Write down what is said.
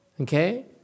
okay